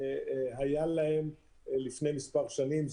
שהיה להם לפני מספר שנים.